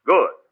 Good